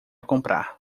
comprar